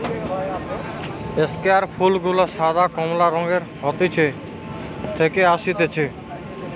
স্কেয়ান ফুল গুলা সাদা, কমলা রঙের হাইতি থেকে অসতিছে